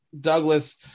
Douglas